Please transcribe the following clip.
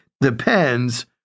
depends